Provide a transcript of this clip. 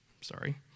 Sorry